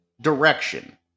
direction